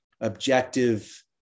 objective